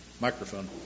Microphone